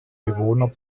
bewohner